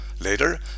later